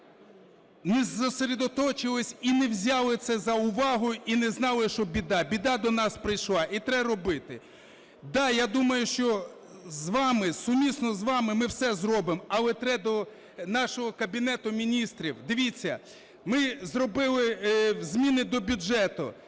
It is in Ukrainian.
не сосредоточились і не взяли це заувагу і не знали, що біда. Біда до нас прийшла, і треба робити. Да, я думаю, що з вами, сумісно з вами ми все зробимо, але треба до нашого Кабінету Міністрів. Дивіться, ми зробили зміни до бюджету.